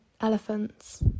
elephants